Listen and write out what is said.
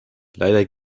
leider